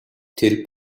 тэр